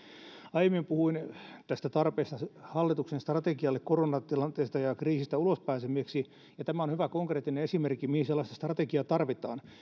aiemmin puhuin tarpeesta hallituksen strategialle tästä koronatilanteesta ja kriisistä ulospääsemiseksi tämä on hyvä konkreettinen esimerkki siitä mihin sellaista strategiaa tarvitaan